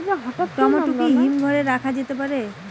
Tomato কি হিমঘর এ রাখা যেতে পারে?